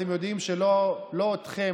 אתם יודעים שלא אתכם,